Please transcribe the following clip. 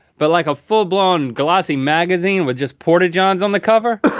but like a full-blown glossy magazine, with just porta-johns on the cover?